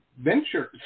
ventures